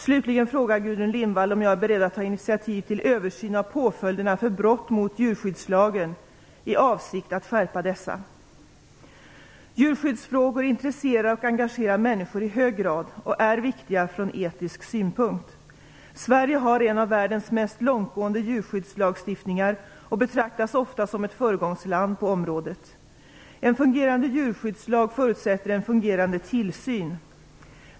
Slutligen frågar Gudrun Lindvall om jag är beredd att ta initiativ till översyn av påföljderna för brott mot djurskyddslagen i avsikt att skärpa dessa. Djurskyddsfrågor intresserar och engagerar människor i hög grad och är viktiga från etisk synpunkt. Sverige har en av världens mest långtgående djurskyddslagstiftningar och betraktas ofta som ett föregångsland på området. En fungerande djurskyddslag förutsätter en fungerande tillsyn.